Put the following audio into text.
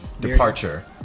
departure